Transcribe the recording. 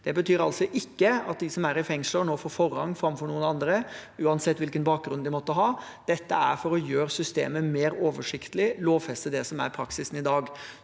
Det betyr ikke at de som er i fengsel, nå får forrang framfor noen andre, uansett hvilken bakgrunn de måtte ha. Dette gjøres for at systemet skal være mer oversiktlig, og for å lovfeste det som er praksis i dag.